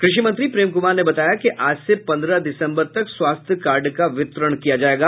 कृषि मंत्री प्रेम कुमार ने बताया कि आज से पंद्रह दिसम्बर तक स्वास्थ्य कार्ड का वितरण किया जायेगा